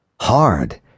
Hard